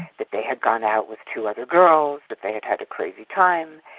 that they had gone out with two other girls, that they had had a crazy time,